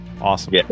Awesome